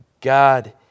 God